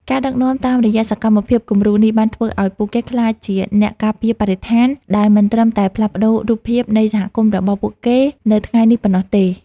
ការដឹកនាំតាមរយៈសកម្មភាពគំរូនេះ បានធ្វើឱ្យពួកគេក្លាយជា អ្នកការពារបរិស្ថាន ដែលមិនត្រឹមតែផ្លាស់ប្តូររូបភាពនៃសហគមន៍របស់ពួកគេនៅថ្ងៃនេះប៉ុណ្ណោះទេ។